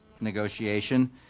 negotiation